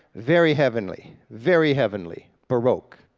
very heavenly, very heavenly. baroque.